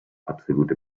absolute